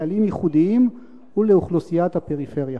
לקהלים ייחודיים ולאוכלוסיית הפריפריה?